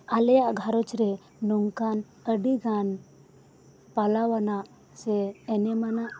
ᱟᱞᱮᱭᱟᱜ ᱜᱷᱟᱨᱚᱧᱡ ᱨᱮ ᱱᱚᱝᱠᱟᱱ ᱟᱹᱰᱤᱜᱟᱱ ᱯᱟᱞᱟᱣ ᱟᱱᱟᱜ ᱥᱮ ᱮᱱᱮᱢ ᱟᱱᱟᱜ